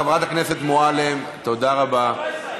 חברת הכנסת מועלם, תודה רבה.